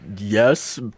yes